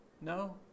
No